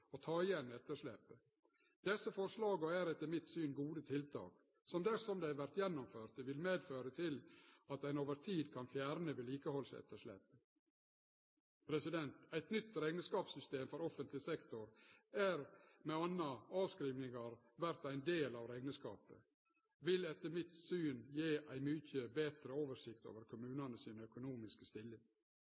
og ta igjen etterslepet. Desse forslaga er etter mitt syn gode tiltak som dersom dei vert gjennomførte, vil medføre at ein over tid kan fjerne vedlikehaldsetterslepet. Eit nytt rekneskapssystem for offentleg sektor der m.a. avskrivingar vert ein del av rekneskapen, vil etter mitt syn gje ei mykje betre oversikt over kommunane si økonomiske stilling.